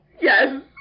Yes